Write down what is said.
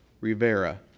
Rivera